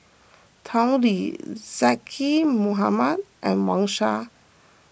Tao Li Zaqy Mohamad and Wang Sha